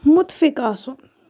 مُتفِق آسُن